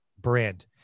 brand